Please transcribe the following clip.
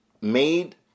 made